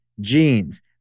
jeans